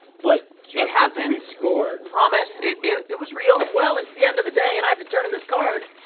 but. it happened. we scored. promise. it it was real. well, it's the end of the day and i have to turn in this card.